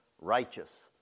righteous